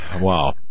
wow